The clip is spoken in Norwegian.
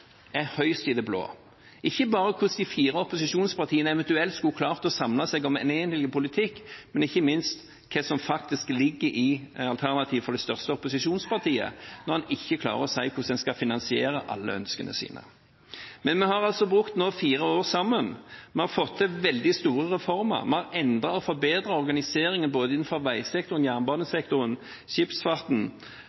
er høyst i det blå, ikke bare hvordan de fire opposisjonspartiene eventuelt skulle klare å samle seg om en enhetlig politikk, men ikke minst hva som ligger i det største opposisjonspartiets alternativ, når de ikke klarer å si hvordan de skal finansiere alle ønskene sine. Vi har brukt fire år sammen, og vi har fått til veldig store reformer. Vi har endret og forbedret organiseringen innenfor både veisektoren,